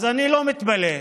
אז אני לא מתפלא,